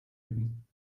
üben